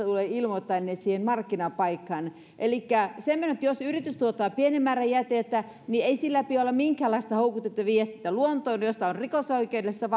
tulee ilmoittaa siihen markkinapaikkaan elikkä jos yritys tuottaa pienen määrän jätettä niin ei sillä pidä olla minkäänlaista houkutinta viedä sitä luontoon mistä se on rikosoikeudellisessa